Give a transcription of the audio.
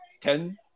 ten